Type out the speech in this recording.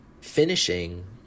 finishing